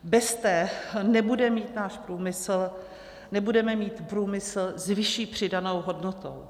Bez té nebude mít náš průmysl, nebudeme mít průmysl s vyšší přidanou hodnotou.